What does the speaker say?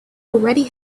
already